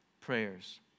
prayers